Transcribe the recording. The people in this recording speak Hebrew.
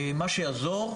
מה שיעזור,